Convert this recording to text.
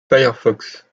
firefox